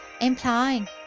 implying